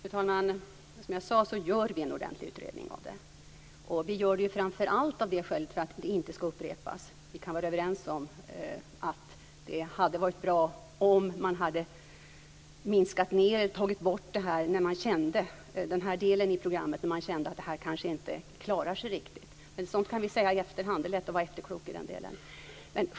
Fru talman! Som jag tidigare sade gör vi en ordentlig utredning av detta. Det gör vi framför allt därför att det här inte ska upprepas. Vi kan vara överens om att det skulle ha varit bra om man hade dragit ned på eller tagit bort den här delen i programmet när man kände att detta kanske inte riktigt klarar sig. Men sådant kan vi säga i efterhand - det är lätt att vara efterklok i den delen.